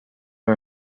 are